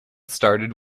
started